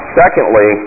secondly